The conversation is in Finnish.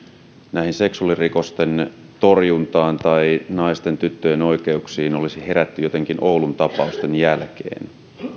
seksuaalirikosten torjuntaan tai naisten tyttöjen oikeuksiin olisi herätty jotenkin oulun tapausten jälkeen